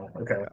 okay